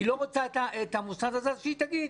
אם היא לא רוצה את המוסד הזה, אז שהיא תגיד.